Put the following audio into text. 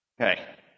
Okay